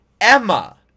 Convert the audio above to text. Emma